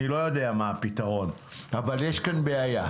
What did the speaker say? אני לא יודע מה הפתרון, אבל יש כאן בעיה.